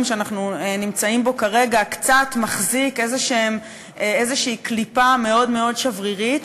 שאנחנו נמצאים בו כרגע קצת מחזיק איזו קליפה מאוד מאוד שברירית,